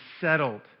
settled